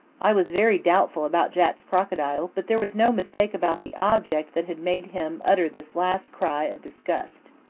i was very doubtful about jack's crocodile, but there was no mistake about the object that had made him utter this last cry of disgust.